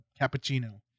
cappuccino